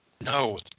No